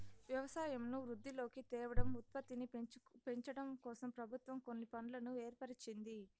వ్యవసాయంను వృద్ధిలోకి తేవడం, ఉత్పత్తిని పెంచడంకోసం ప్రభుత్వం కొన్ని ఫండ్లను ఏర్పరిచింది